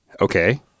Okay